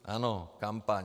Ano, kampaň.